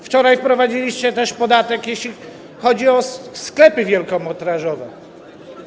Wczoraj wprowadziliście też podatek, jeśli chodzi o sklepy wielkometrażowe.